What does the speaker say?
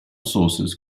sources